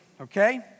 Okay